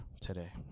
today